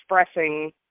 expressing